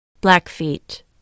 Blackfeet